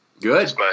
Good